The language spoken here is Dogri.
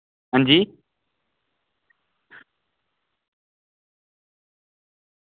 हां जी